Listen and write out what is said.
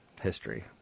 history